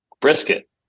Brisket